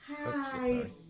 Hi